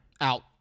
Out